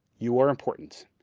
you are important,